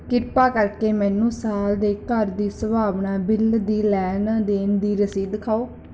ਕਿਰਪਾ ਕਰਕੇ ਮੈਨੂੰ ਸਾਲ ਦੇ ਘਰ ਦੀ ਸੰਭਾਵਨਾ ਬਿੱਲ ਦੀ ਲੈਣ ਦੇਣ ਦੀ ਰਸੀਦ ਦਿਖਾਓ